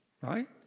right